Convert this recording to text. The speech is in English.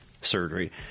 surgery